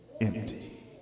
Empty